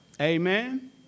Amen